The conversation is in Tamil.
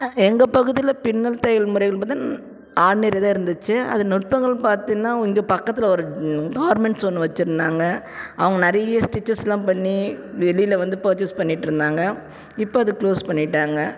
எங்கள் பகுதியில் பின்னல் தையல் முறைகள் பார்த்தின் ஆர்ட்னரியா தான் இருந்துச்சி அது நுட்பங்கள்னு பார்த்தீன்னா இங்கே பக்கத்தில் ஒரு கார்மெண்ட்ஸ் ஒன்று வச்சிருந்தாங்க அவங்க நிறைய ஸ்டிச்சஸ்லாம் பண்ணி வெளியில் வந்து பர்ச்சஸ் பண்ணிட்டுருந்தாங்க இப்போ அது க்ளோஸ் பண்ணிட்டாங்க